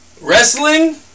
Wrestling